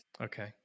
okay